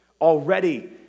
Already